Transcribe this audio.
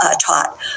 taught